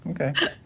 Okay